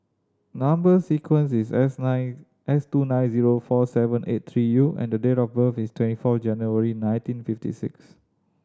number sequence is S nine S two nine zero four seven eight three U and date of birth is twenty four January nineteen fifty six